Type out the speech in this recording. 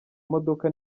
imodoka